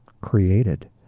created